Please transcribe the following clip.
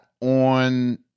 on